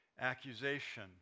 Accusation